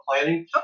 planning